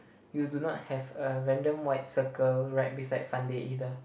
you do not have a random white cycle right beside Fun Day either